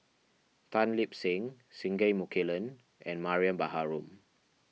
Tan Lip Seng Singai Mukilan and Mariam Baharom